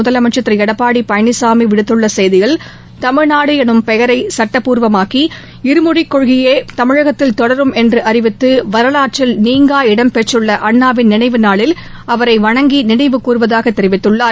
முதலமைச்சர் திரு எடப்பாடி பழனிசாமி விடுத்துள்ள செய்தியில் தமிழ்நாடு எனும் பெயரை சுட்டப்பூர்வமாக்கி இருமொழிக்கொள்கையே தமிழகத்தில் தொடரும் என்று அறிவித்து வரலாற்றில் நீங்கா இடம்பிடித்துள்ள அண்ணாவின் நினைவு நாளில் அவரை வணங்கி நினைவு கூறுவதாக தெரிவித்துள்ளார்